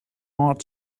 ought